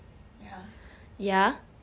yeah